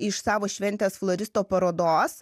iš savo šventės floristo parodos